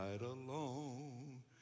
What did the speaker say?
alone